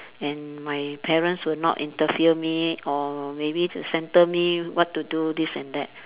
and my parents would not interfere me or maybe to centre me what to do this and that